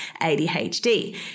ADHD